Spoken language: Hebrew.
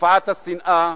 תופעת השנאה,